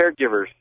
caregivers